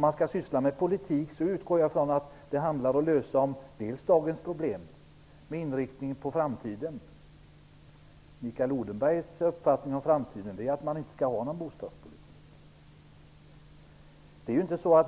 Jag utgår från att politiskt arbete handlar om att lösa dagens problem med inriktning på framtiden. Mikael Odenbergs uppfattning om framtiden i detta sammanhang är att man inte skall ha någon bostadspolitik.